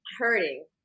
hurting